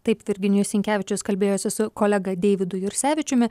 taip virginijus sinkevičius kalbėjosi su kolega deividu jursevičiumi